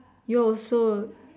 you also